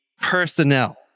personnel